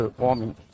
warming